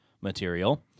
material